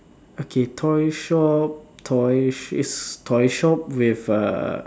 okay toy shop toy toy shop with a